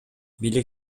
бийлик